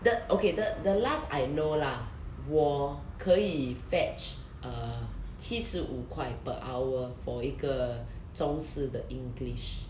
the okay the the last I know lah 我可以 fetch uh 七十五块 per hour for 一个中四的 english